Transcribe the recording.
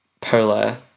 polar